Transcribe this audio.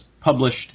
published